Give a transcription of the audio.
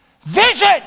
Vision